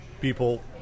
people